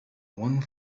one